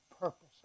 purpose